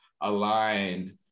aligned